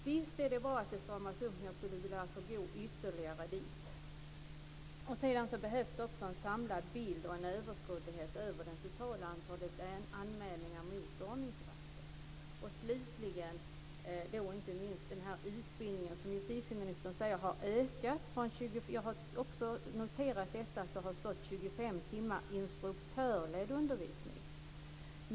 Visst är det bra att det stramas upp, men jag skulle alltså vilja gå ytterligare åt det hållet. Sedan behövs det också en samlad bild och en överskådlighet när det gäller det totala antalet anmälningar mot ordningsvakter. Slutligen, men inte minst, vill jag nämna den utbildning som justitieministern säger har blivit längre. Jag har noterat att det har stått om 25 timmar instruktörledd undervisning.